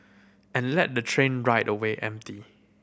and let the train ride away empty